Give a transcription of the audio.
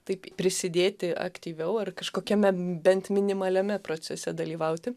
taip prisidėti aktyviau ar kažkokiame bent minimaliame procese dalyvauti